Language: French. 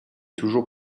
toujours